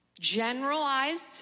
Generalized